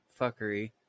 fuckery